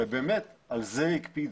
באמת על זה הקפידו.